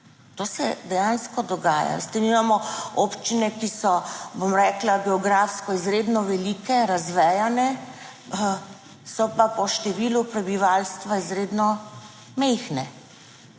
To se dejansko dogaja. Veste, mi imamo občine, ki so, bom rekla, geografsko izredno velike, razvejane, so pa po številu prebivalstva izredno majhne.